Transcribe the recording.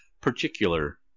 particular